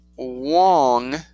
Wong